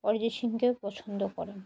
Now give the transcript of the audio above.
অরিজিৎ সিংকে পছন্দ করেন